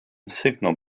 signal